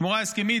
השמורה ההסכמית,